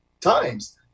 times